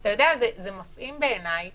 זה מפעים בעיניי